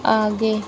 आगे